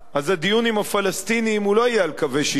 אז הדיון עם הפלסטינים לא יהיה על קווי 67',